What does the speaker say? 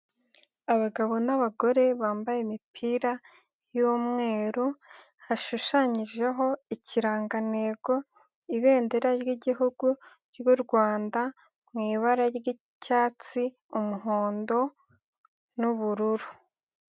Abagabo n'abagore bambaye imipira y'umweru hashushanyijeho ikirangantego, ibendera ry'igihugu ry'u Rwanda mu ibara ry'icyatsi, umuhondo n'ubururu.